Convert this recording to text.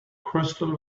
crystal